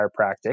chiropractic